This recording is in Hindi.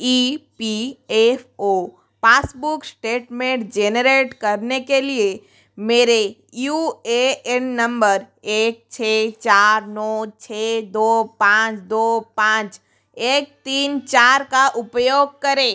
ई P F O passbooks statement generate करने के लिए मेरे यू ए एन नम्बर एक छः चार नौ छः दो पाँच दो पाँच एक तीन चार का उपयोग करें